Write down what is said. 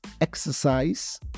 exercise